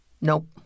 Nope